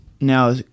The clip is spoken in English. now